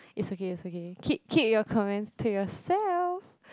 it's okay it's okay keep keep our comments to yourself